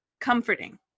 comforting